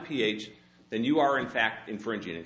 ph then you are in fact infringing